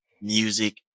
music